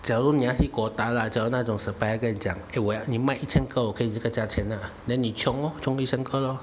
假如你要 hit quota lah 假如那种 supplier 跟你讲诶我要你卖一千个我给你这个价钱啦你 chiong lor chiong 一千个咯